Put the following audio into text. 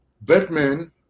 Batman